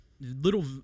little